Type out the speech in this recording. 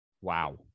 Wow